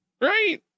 Right